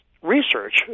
Research